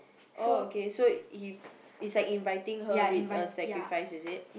oh okay he is like inviting her with a sacrifice is it